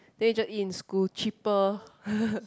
then you just eat in school cheaper